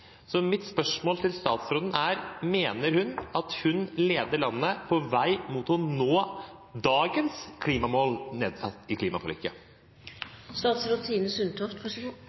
Så mitt spørsmål til statsråden er: Mener hun at hun leder landet på vei mot å nå dagens klimamål nedfelt i